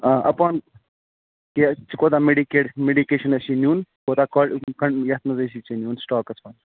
آ اپان کہِ ژے کوتاہ میڈکیٹ میڈکیشن آسی نِیونۍ کوتاہ یتھ منز آسی ژےٚ نِیون سِٹاکس منٛز